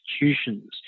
institutions